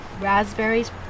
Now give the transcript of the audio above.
raspberries